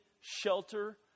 shelter